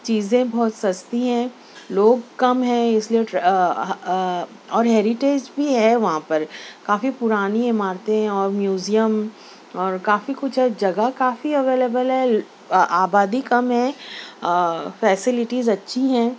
چیزیں بہت سستی ہیں لوگ کم ہیں اس لیے اور ہیریٹیج بھی ہے وہاں پر کافی پرانی عمارتیں اور میوزیم اور کافی کچھ ہے جگہ کافی اویلیبل ہے آبادی کم ہے فیسلٹیز اچھی ہیں